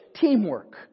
teamwork